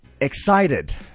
excited